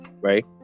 right